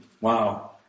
Wow